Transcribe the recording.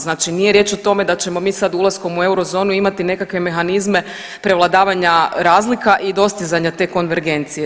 Znači nije riječ o tome da ćemo mi sad ulaskom u euro zonu imati nekakve mehanizme prevladavanja razlika i dostizanja te konvergencije.